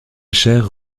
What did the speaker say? chaire